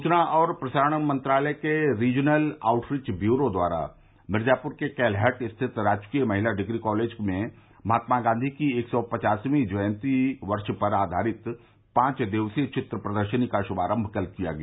सूचना और प्रसारण मंत्रालय के रीजनल आउटरीच ब्यूरो लखनऊ द्वारा मिर्जापुर के कैलहट स्थित राजकीय महिला डिग्री कॉलेज में महात्मा गांधी की एक सौ पचासवें जयन्ती वर्ष पर आधारित पांच दिवसीय चित्र प्रदर्शनी का श्भारम्भ कल किया गया